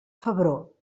febró